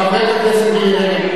חברת הכנסת מירי רגב,